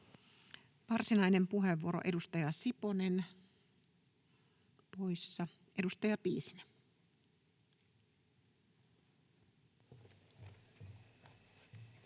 Varsinainen puheenvuoro, edustaja Siponen — poissa. — Edustaja Piisinen. [Speech